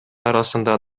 арасында